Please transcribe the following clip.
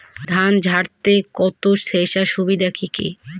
ধান ঝারাই করতে থেসারের সুবিধা কি কি?